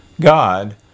God